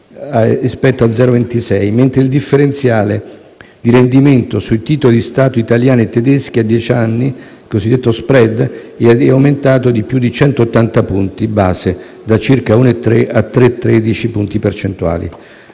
per cento, mentre il differenziale di rendimento sui titoli di Stato italiani e tedeschi a dieci anni (lo *spread*) è aumentato di più di 180 punti base, da circa 1,3 a 3,13 punti percentuali.